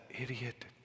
idiot